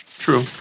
true